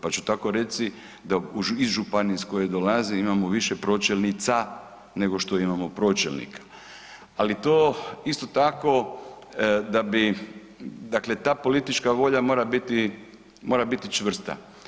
Pa ću tako reći da iz županije iz koje dolazim imamo više pročelnica nego što imamo pročelnika, ali to isto tako da bi, dakle ta politička volja mora biti čvrsta.